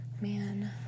Man